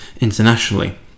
internationally